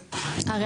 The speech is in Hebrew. אריאל,